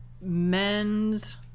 men's